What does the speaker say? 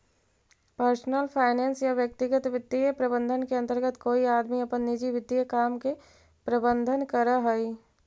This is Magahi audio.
पर्सनल फाइनेंस या व्यक्तिगत वित्तीय प्रबंधन के अंतर्गत कोई आदमी अपन निजी वित्तीय काम के प्रबंधन करऽ हई